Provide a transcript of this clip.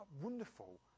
wonderful